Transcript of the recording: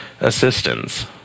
assistance